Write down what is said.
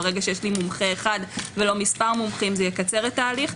כשיש מומחה אחד ולא כמה מומחים זה יקצר את ההליך,